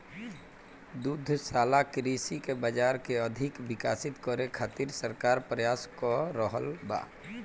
दुग्धशाला कृषि के बाजार के अधिक विकसित करे खातिर सरकार प्रयास क रहल बा